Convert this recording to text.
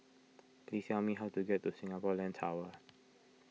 please tell me how to get to Singapore Land Tower